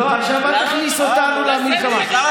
לא, עכשיו אל תכניס אותנו למלחמה.